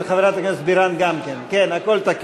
הכול תקין.